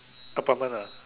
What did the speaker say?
apartment ah